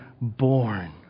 born